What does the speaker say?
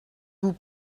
vous